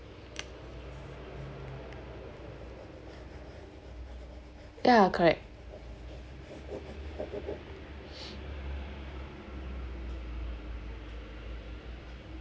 yeah correct